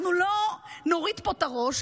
אנחנו לא נוריד פה את הראש,